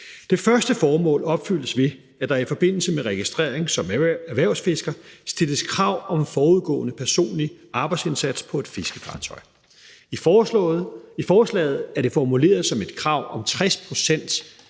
Det første formål opfyldes ved, at der i forbindelse med registrering som erhvervsfisker stilles krav om forudgående personlig arbejdsindsats på et fiskefartøj. I forslaget er det formuleret som et krav om,